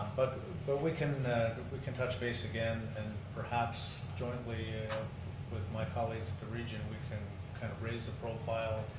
but but we can we can touch base again, and perhaps jointly with my colleagues at the region, we can kind of raise the profile,